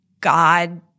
God—